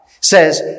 says